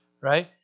right